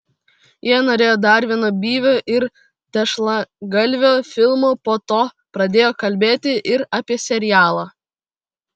jie norėjo dar vieno byvio ir tešlagalvio filmo po to pradėjo kalbėti ir apie serialą